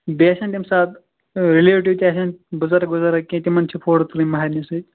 بیٚیہِ آسَن تَمہِ ساتہٕ رِلَیٹِو تہِ آسن بُزَرٕگ وُزَرگ کینٛہہ تِمَن چھِ فوٹو تُلٕنۍ مَہرنہِ سۭتۍ